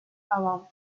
avant